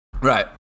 Right